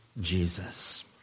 Jesus